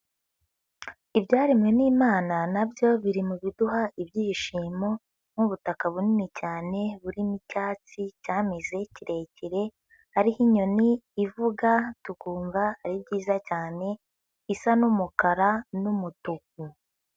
Ibyaremwe n'Imana na byo biri mu biduha ibyishimo, nk'ubutaka bunini cyane burimo icyatsi cyami kirekire, hariho inyoni ivuga tukumva ari byiza cyane, isa n'umukara n'umutuku.